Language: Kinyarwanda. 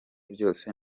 byose